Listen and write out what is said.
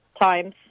times